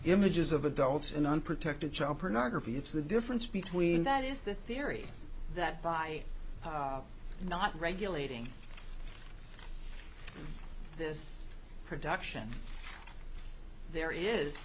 images of adults in unprotected child pornography it's the difference between that is the theory that by not regulating this production there is